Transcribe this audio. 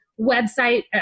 website